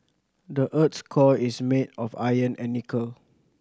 the earth's core is made of iron and nickel